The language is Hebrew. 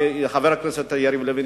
חבר הכנסת יריב לוין,